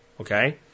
Okay